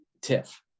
Tiff